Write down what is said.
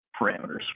parameters